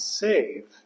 save